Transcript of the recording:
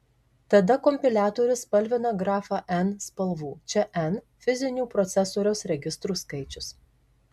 tada kompiliatorius spalvina grafą n spalvų čia n fizinių procesoriaus registrų skaičius